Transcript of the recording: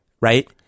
Right